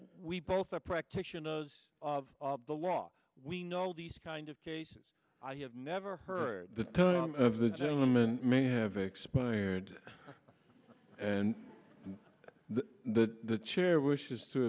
we both are practitioners of the law we know all these kind of cases i have never heard the term of the gentleman may have expired and the chair wishes to